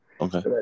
Okay